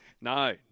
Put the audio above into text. No